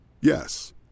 Yes